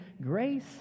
grace